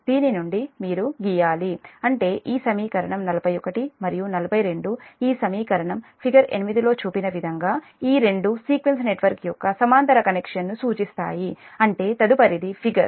దీని నుండి మీరు గీయాలి అంటే ఈ సమీకరణం 41 మరియు 42 ఈ సమీకరణం ఫిగర్ 8 లో చూపిన విధంగా ఈ రెండు సీక్వెన్స్ నెట్వర్క్ యొక్క సమాంతర కనెక్షన్ను సూచిస్తాయి అంటే తదుపరి ఫిగర్